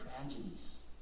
tragedies